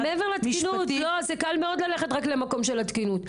מעבר לתקינות, קל מאוד ללכת למקום של התקינות.